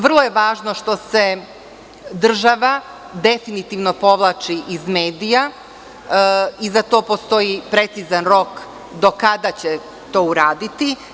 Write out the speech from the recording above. Vrlo je važno što se država definitivno povlači iz medija i za to postoji precizan rok do kada će to uraditi.